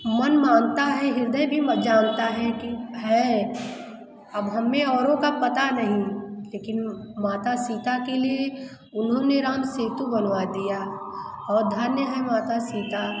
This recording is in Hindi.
मन मानता है हृदय भी म जानता है कि है अब हमें औरों का पता नहीं लेकिन माता सीता के लिए उन्होंने राम सेतु बनवा दिया और धन्य है माता सीता